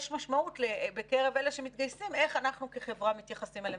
יש משמעות בקרב אלה שמתגייסים איך אנחנו כחברה מתייחסים אליהם.